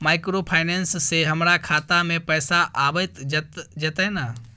Microfinance से हमारा खाता में पैसा आबय जेतै न?